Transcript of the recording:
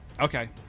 Okay